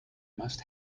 must